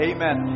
Amen